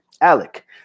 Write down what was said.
Alec